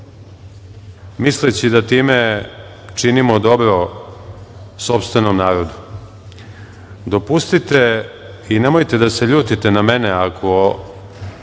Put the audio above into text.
misleći da time činimo dobro sopstvenom narodu. Dopustite i nemojte da se ljutite na mene ako